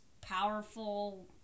powerful